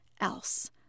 else